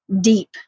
deep